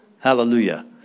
Hallelujah